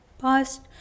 past